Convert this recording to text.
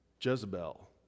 Jezebel